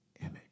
image